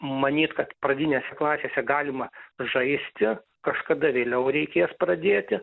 manyt kad pradinėse klasėse galima žaisti kažkada vėliau reikės pradėti